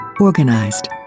organized